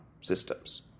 systems